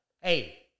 Hey